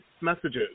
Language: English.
messages